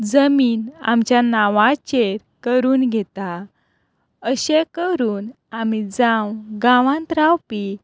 जमीन आमच्या नांवाचेर करून घेता अशे करून आमी जावं गांवांत रावपी